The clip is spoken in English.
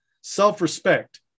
self-respect